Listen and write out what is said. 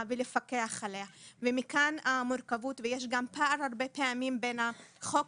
ולפקח עליה ומכאן המורכבות ויש גם פער הרבה פעמים בין החוק